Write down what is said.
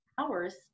hours